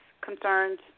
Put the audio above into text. concerns